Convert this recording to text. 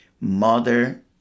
mother